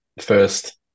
first